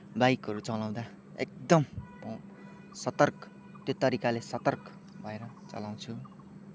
बाइकहरू चलाउँदा एकदम सतर्क त्यो तरिकाले सतर्क भएर चलाउँछु